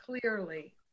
clearly